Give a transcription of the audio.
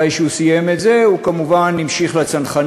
אחרי שהוא סיים את זה הוא כמובן המשיך לצנחנים,